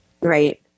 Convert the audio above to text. Right